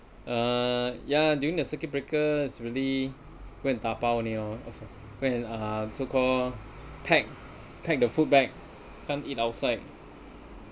uh ya during the circuit breakers really go and da bao only lor when uh so call pack pack the food back can't eat outside